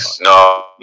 no